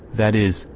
that is,